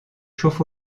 chauffe